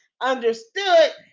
understood